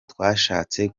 twashatse